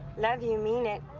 love you, mean it.